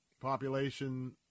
population